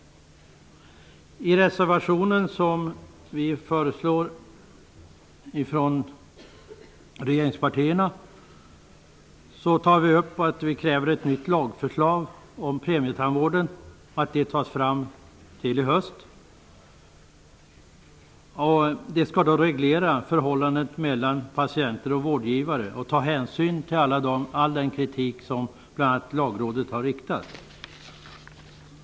I reservationen från regeringspartiernas sida krävs att ett nytt lagförslag om premietandvården tas fram till i höst. Det skall reglera förhållandet mellan patienter och vårdgivare och ta hänsyn till all den kritik som bl.a. Lagrådet har gett uttryck för.